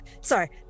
Sorry